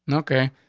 and okay,